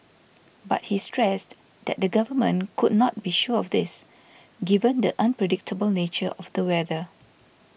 but he stressed that the Government could not be sure of this given the unpredictable nature of the weather